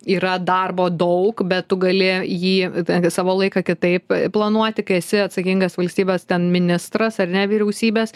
yra darbo daug bet tu gali jį ten gi savo laiką kitaip planuoti kai esi atsakingas valstybės ten ministras ar ne vyriausybės